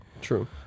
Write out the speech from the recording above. true